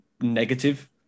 Negative